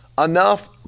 Enough